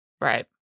Right